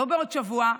לא בעוד שבוע,